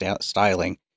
styling